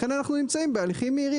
לכן אנחנו נמצאים בהליכים מהירים,